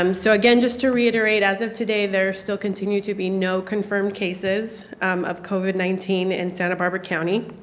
um so again, just to reiterate as of today there still continues to be no confirmed cases of covid nineteen in santa barbara county.